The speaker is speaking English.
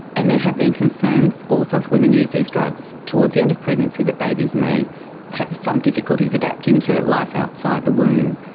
and there have been concerns also if women use these drugs towards the end of pregnancy, that babies may have some difficulties adapting to life outside the womb.